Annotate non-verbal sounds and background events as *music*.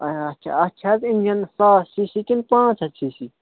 *unintelligible* اَتھ چھِ اَتھ چھِ حظ اِنجن ساس سی سی کِنۍ پانٛژھ ہتھ سی سی